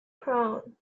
crown